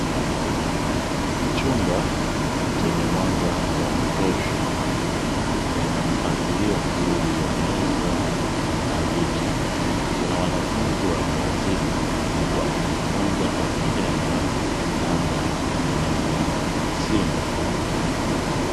Chumba chenye mwanga wa kutosha kina mpangilio muri wa meza na viti, kuna wanafunzi watu wazima wakijifunza kwa vitendo, namna ya kutengeneza simu.